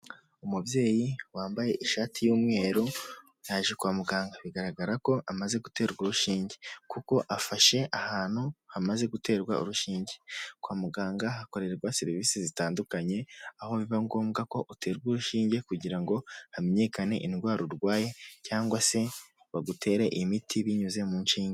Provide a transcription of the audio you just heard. Umubyeyi wambaye ishati y'umweru, yaje kwa muganga bigaragara ko amaze guterwa urushinge kuko afashe ahantu hamaze guterwa urushinge, kwa muganga hakorerwa serivisi zitandukanye aho biba ngombwa ko uterwa urushinge kugira ngo hamenyekane indwara urwaye, cyangwa se bagutere imiti binyuze mu nshinge.